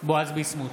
בועז ביסמוט,